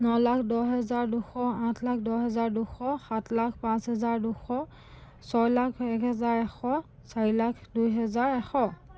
ন লাখ দহ হেজাৰ দুশ আঠ লাখ দহ হেজাৰ দুশ সাত লাখ পাঁচ হেজাৰ দুশ ছয় লাখ এক হেজাৰ এশ চাৰি লাখ দুহেজাৰ এশ